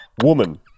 Woman